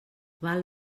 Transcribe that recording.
val